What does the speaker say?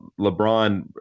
lebron